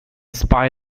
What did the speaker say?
spy